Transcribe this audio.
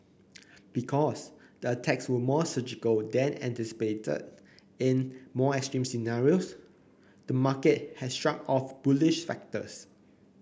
because the attacks were more surgical than anticipated in more extreme scenarios the market has shrugged off bullish factors